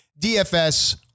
DFS